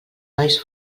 nois